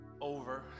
over